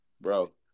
Bro